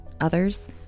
Others